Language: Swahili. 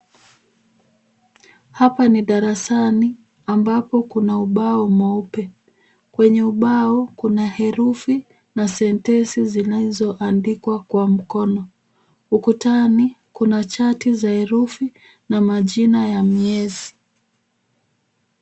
Hapa ni darasani ambapo kuna ubao mweupe. Kwenye ubao kuna herufi na sentensi zinazoandikwa kwa mkono. Ukutani kuna chati za herufi na majina ya miezi.